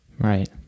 Right